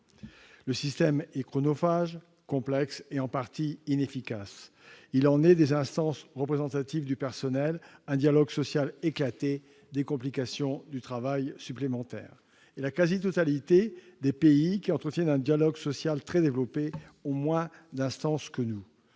Le système est chronophage, complexe et, en partie, inefficace. Il aboutit à un dialogue social éclaté et à des complications du travail supplémentaires. La quasi-totalité des pays qui entretiennent un dialogue social très développé ont moins d'instances que nous.